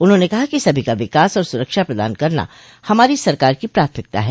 उन्होंने कहा कि सभी का विकास और सुरक्षा प्रदान करना हमारी सरकार की प्राथमिकता ह